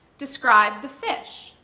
describe the fish,